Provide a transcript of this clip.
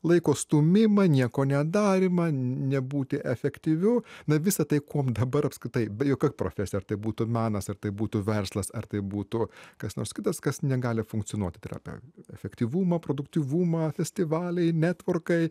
laiko stūmimą nieko nedarymą nebūti efektyviu na visa tai kuom dabar apskritai be jokia profesija ar tai būtų menas ar tai būtų verslas ar tai būtų kas nors kitas kas negali funkcionuoti tai yra pav efektyvumą produktyvumą festivaliai netvorkai